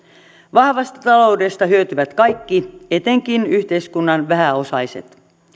vahvasta taloudesta hyötyvät kaikki etenkin yhteiskunnan vähäosaiset